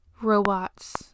robots